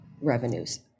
revenues